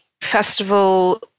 festival